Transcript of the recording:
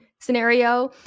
scenario